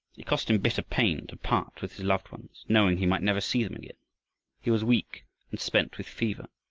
it cost him bitter pain to part with his loved ones, knowing he might never see them again he was weak and spent with fever,